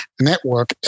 network